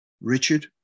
Richard